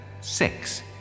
six